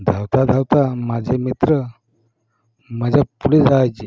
धावता धावता माझे मित्र माझ्यापुढे जायचे